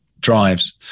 Drives